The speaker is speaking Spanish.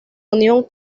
unión